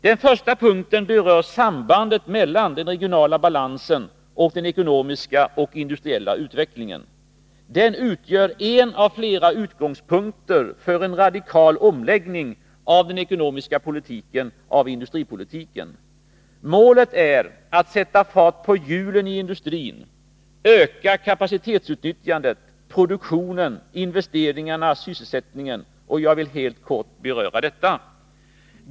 Den första punkten berör sambandet mellan den regionala balansen och den ekonomiska och industriella utvecklingen. Den utgör en av flera utgångspunkter för en radikal omläggning av den ekonomiska politiken, av industripolitiken. Målet är att sätta fart på hjulen i industrin, öka kapacitetsutnyttjandet, produktionen, investeringarna och sysselsättningen: Jag vill helt kort beröra detta.